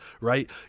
right